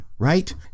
Right